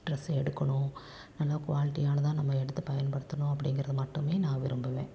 dress எடுக்கணும் நல்லா குவாலிட்டியானதாக நம்ம எடுத்து பயன்படுத்தணும் அப்படிங்கிறது மட்டுமே நான் விரும்புவேன்